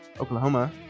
Oklahoma